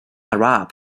arab